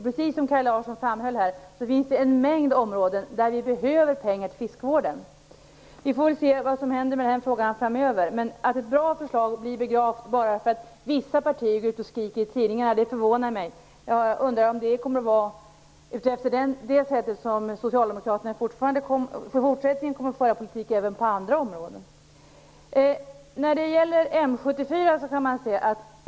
Precis som Kaj Larsson framhöll finns det en mängd områden där vi behöver pengar till fiskevården. Vi får väl se vad som händer med den frågan framöver. Det förvånar mig att ett bra förslag blir begravt bara därför att vissa partier går ut och skriker i tidningarna. Jag undrar om det är på det sättet som Socialdemokraterna i fortsättningen kommer att föra politik även på andra områden.